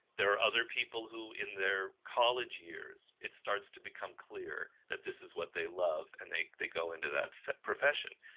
there are other people who in their college years, it starts to become clear that this is what they love and they they go into that profession.